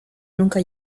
nunca